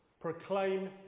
Proclaim